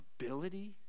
ability